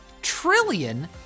trillion